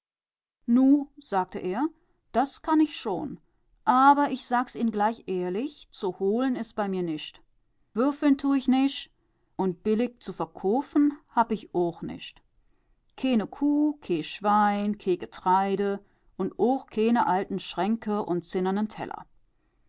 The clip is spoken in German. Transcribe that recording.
nu sagte er das kann ich schon aber ich sag's ihn gleich ehrlich zu holen is bei mir nischt würfeln tu ich nich und billig zu verkoofen hab ich ooch nischt keene kuh kee schwein kee getreide und ooch keene alten schränke und zinnernen teller